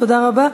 תודה רבה.